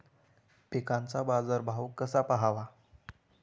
पिकांचा बाजार भाव कसा पहावा?